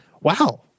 wow